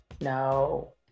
No